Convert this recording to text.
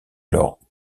alors